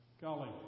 Golly